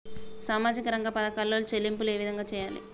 సామాజిక రంగ పథకాలలో చెల్లింపులు ఏ విధంగా చేయాలి?